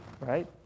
right